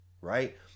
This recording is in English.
right